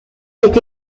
est